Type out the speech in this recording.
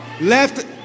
left